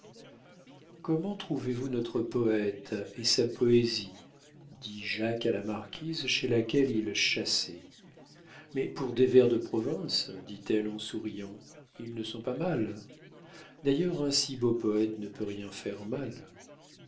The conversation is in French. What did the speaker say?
comment trouvez-vous notre poète et sa poésie dit jacques à la marquise chez laquelle il chassait mais pour des vers de province dit-elle en souriant ils ne sont pas mal d'ailleurs un si beau poète ne peut rien faire mal